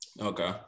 okay